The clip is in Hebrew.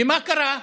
ומה קרה?